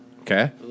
Okay